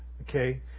okay